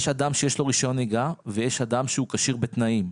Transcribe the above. יש אדם שיש לו רישיון נהיגה ויש אדם שהוא כשיר בתנאים.